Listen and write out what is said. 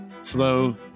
slow